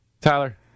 Tyler